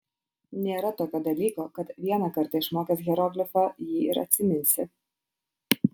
nėra tokio dalyko kad vieną kartą išmokęs hieroglifą jį ir atsiminsi